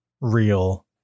real